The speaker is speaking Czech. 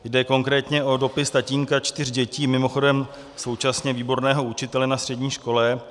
Jde konkrétně o dopis tatínka čtyř dětí, mimochodem současně výborného učitele na střední škole.